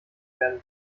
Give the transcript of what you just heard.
werden